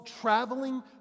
traveling